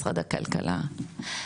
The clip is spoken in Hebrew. משרד הכלכלה,